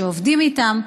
שעובדים איתם.